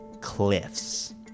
cliffs